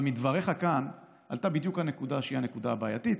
אבל מדבריך כאן עלתה בדיוק הנקודה הבעייתית,